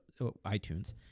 iTunes